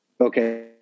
okay